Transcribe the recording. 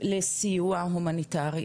לסיוע הומניטרי,